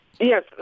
Yes